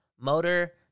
motor